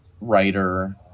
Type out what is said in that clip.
writer